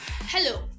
hello